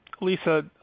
Lisa